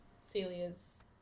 Celia's